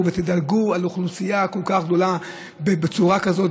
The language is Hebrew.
ותדלגו על אוכלוסייה כל כך גדולה בצורה כזאת,